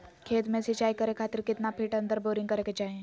खेत में सिंचाई करे खातिर कितना फिट अंदर बोरिंग करे के चाही?